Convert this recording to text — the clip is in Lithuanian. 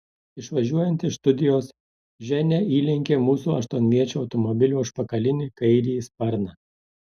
išvažiuojant iš studijos ženia įlenkė mūsų aštuonviečio automobilio užpakalinį kairįjį sparną